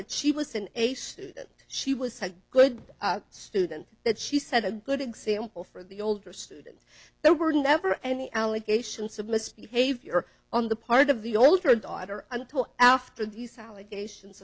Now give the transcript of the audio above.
that she was in a state that she was a good student that she said a good example for the older students there were never any allegations of misbehavior on the part of the older daughter until after these allegations